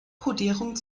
kodierung